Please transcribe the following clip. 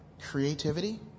creativity